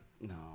No